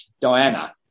Diana